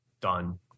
Done